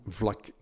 vlak